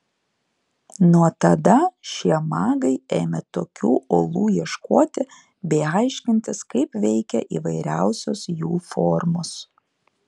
nuo tada šie magai ėmė tokių olų ieškoti bei aiškintis kaip veikia įvairiausios jų formos